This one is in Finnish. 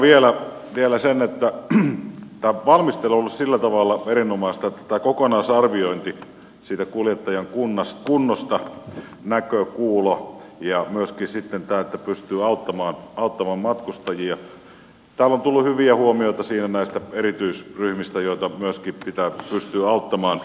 totean vielä sen että tämän valmistelu on ollut sillä tavalla erinomaista että liittyen tähän kokonaisarviointiin siitä kuljettajan kunnosta näkö kuulo ja myöskin sitten tämä että pystyy auttamaan matkustajia täällä on tullut hyviä huomioita näistä erityisryhmistä joita myöskin pitää pystyä auttamaan